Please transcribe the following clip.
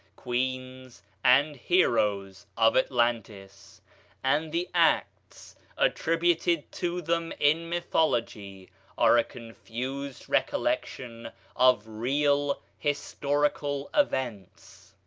queens, and heroes of atlantis and the acts attributed to them in mythology are a confused recollection of real historical events.